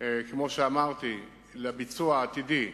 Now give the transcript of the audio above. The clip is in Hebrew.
כמו שאמרתי, לביצוע העתידי,